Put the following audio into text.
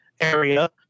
area